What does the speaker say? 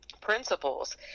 principles